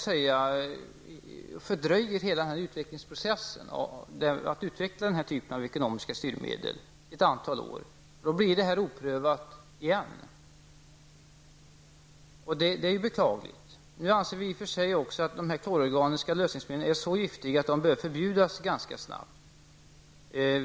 Därmed fördröjer man hela processen att utveckla denna typ av ekonomiska styrmedel ett antal år. Denna tanke förblir därför oprövad. Det är beklagligt. Nu anser vi i och för sig att dessa klororganiska lösningsmedel är så giftiga att de bör förbjudas ganska snabbt.